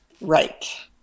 Right